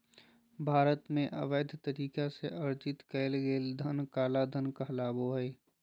भारत में, अवैध तरीका से अर्जित कइल गेलय धन काला धन कहलाबो हइ